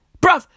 Bro